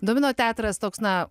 domino teatras toks na